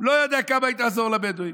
לא יודע כמה היא תעזור לבדואים.